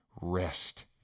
rest